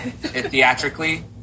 theatrically